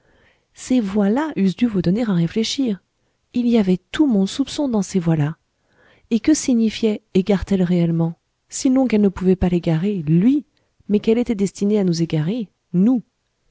ces voilà eussent dû vous donner à réfléchir il y avait tout mon soupçon dans ces voilà et que signifiait égare t elle réellement sinon qu'elle pouvait ne pas l'égarer lui mais qu'elle était destinée à nous égarer nous